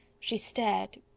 she stared,